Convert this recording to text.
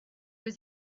was